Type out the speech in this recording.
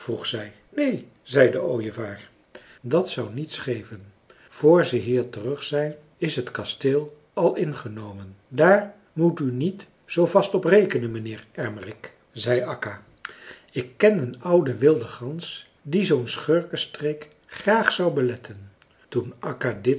neen zei de ooievaar dat zou niets geven voor ze hier terug zijn is het kasteel al ingenomen daar moet u niet zoo vast op rekenen mijnheer ermerik zei akka ik ken een oude wilde gans die zoo'n schurkestreek graag zou beletten toen